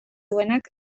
duenak